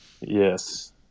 Yes